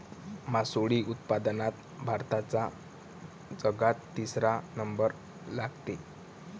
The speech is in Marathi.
मासोळी उत्पादनात भारताचा जगात तिसरा नंबर लागते